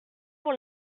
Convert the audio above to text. pour